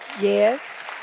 Yes